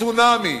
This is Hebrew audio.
צונאמי,